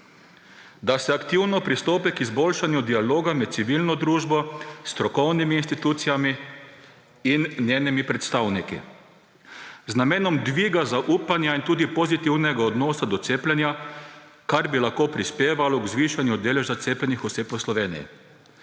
»da se aktivno pristopi k izboljšanju dialoga med civilno družbo, strokovnimi institucijami in njenimi predstavniki, z namenom dviga zaupanja in tudi pozitivnega odnosa do cepljenja, kar bi lahko prispevalo k zviševanju deleža cepljenih oseb v Sloveniji.«